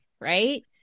right